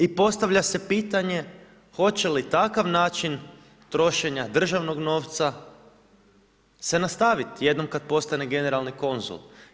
I postavlja se pitanje, hoće li takav način, trošenje državnog novca se nastaviti, jednom kad postane generalni konzul.